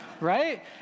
Right